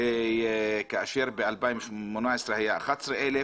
וכאשר ב-2018 הוא היה 11,000,